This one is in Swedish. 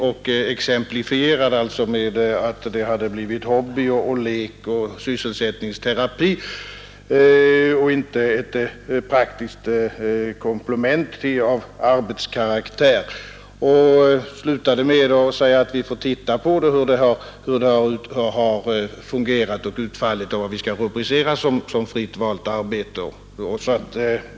Jag exemplifierade det uttalandet med att det hade blivit hobby, lek och sysselsättningsterapi och inte ett praktiskt komplement av arbetskaraktär, och jag slutade med att säga att vi får väl titta på hur det hela har utfallit och på vad som bör rubriceras som fritt valt arbete.